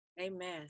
amen